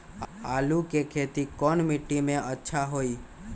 आलु के खेती कौन मिट्टी में अच्छा होइ?